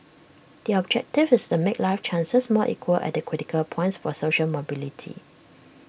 the objective is to make life chances more equal at the critical points for social mobility